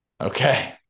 okay